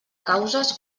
causes